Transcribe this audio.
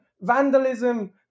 vandalism